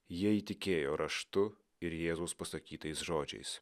jie įtikėjo raštu ir jėzaus pasakytais žodžiais